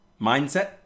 mindset